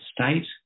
state